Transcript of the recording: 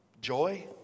joy